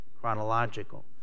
chronological